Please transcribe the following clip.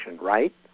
right